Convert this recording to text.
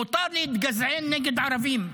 מותר להתגזען נגד ערבים,